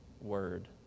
word